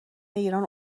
ایران